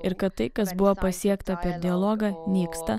ir kad tai kas buvo pasiekta per dialogą nyksta